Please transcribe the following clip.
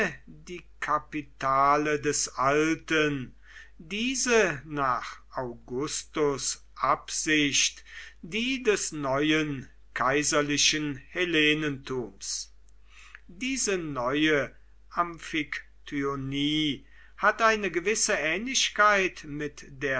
die kapitale des alten diese nach augustus absicht die des neuen kaiserlichen hellenentums diese neue amphiktyonie hat eine gewisse ähnlichkeit mit der